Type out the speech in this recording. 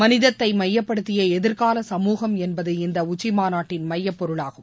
மனிதத்தை மையப்படுத்திய எதிர்கால சமூகம் என்பது இந்த உச்சிமாநாட்டின் மையப் பொருளாகும்